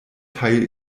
teil